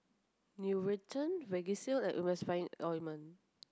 Nutren Vagisil and Emulsying ointment